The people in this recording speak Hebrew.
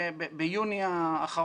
ביוני,